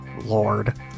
Lord